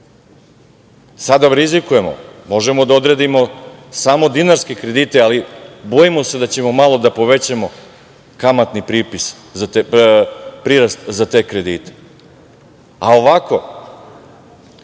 Sada rizikujemo, možemo da odredimo samo dinarske kredite, ali bojimo se da ćemo malo da povećamo kamatni prirast za te kredite. Nikada